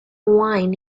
wine